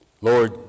Lord